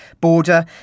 border